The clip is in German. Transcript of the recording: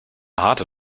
harte